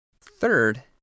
Third